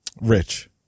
Rich